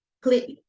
Click